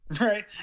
Right